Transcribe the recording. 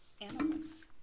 animals